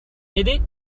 m’aider